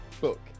book